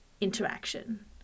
interaction